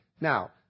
Now